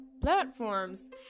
platforms